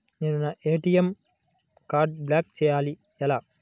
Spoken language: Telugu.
నేను నా ఏ.టీ.ఎం కార్డ్ను బ్లాక్ చేయాలి ఎలా?